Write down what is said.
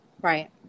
right